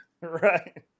Right